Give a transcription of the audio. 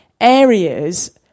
areas